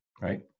right